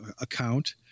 account